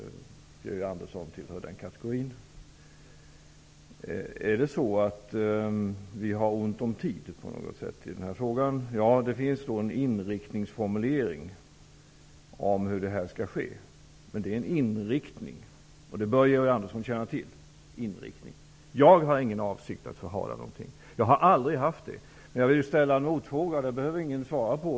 Georg Andersson tillhör den kategorin. Har vi ont om tid i den här frågan? Ja, det finns en inriktningsformulering om hur detta skall ske. Men det är en inriktning. Det bör Georg Andersson känna till. Jag har ingen avsikt att förhala någonting. Jag har aldrig haft det. Jag vill ställa en motfråga. Den behöver ingen svara på.